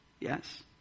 Yes